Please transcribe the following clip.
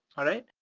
alright?